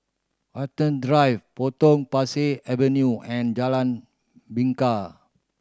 Watten Drive Potong Pasir Avenue and Jalan Bingka